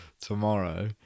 tomorrow